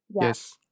Yes